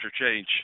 change